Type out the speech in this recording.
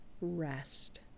rest